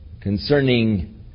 concerning